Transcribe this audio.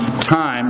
time